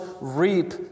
reap